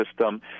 system